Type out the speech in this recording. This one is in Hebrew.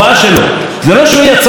היא כבר נשכחה ממנו מזמן.